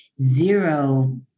zero